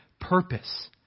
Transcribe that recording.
purpose